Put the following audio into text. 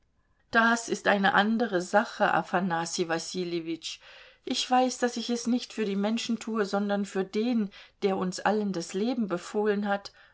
das ist eine andere sache afanassij wassiljewitsch ich weiß daß ich es nicht für die menschen tue sondern für den der uns allen das leben befohlen hat